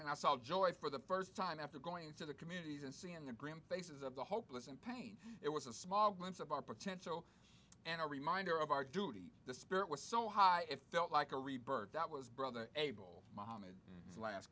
and i saw joy for the first time after going to the communities and seeing the grim faces of the hopeless and pain it was a small glimpse of our potential and a reminder of our duty the spirit was so high if don't like a rebirth that was brother abel mohammed the last